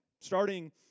starting